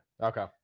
Okay